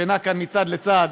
שנע כאן מצד לצד,